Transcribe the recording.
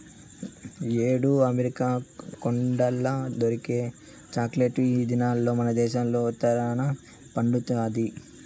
యాడో అమెరికా కొండల్ల దొరికే చాక్లెట్ ఈ దినాల్ల మనదేశంల ఉత్తరాన పండతండాది